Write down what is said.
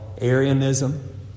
Arianism